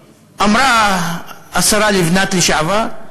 חוששים, אמרה השרה לבנת לשעבר,